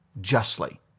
justly